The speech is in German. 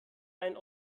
ein